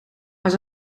maar